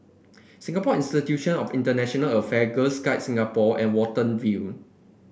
Singapore Institution of International Affair Girls Guides Singapore and Watten View